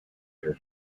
their